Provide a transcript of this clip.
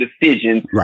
decisions